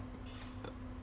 ya but